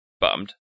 bummed